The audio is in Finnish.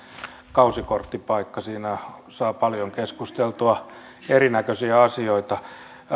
kausikorttipaikka siinä saa paljon keskusteltua erinäköisiä asioita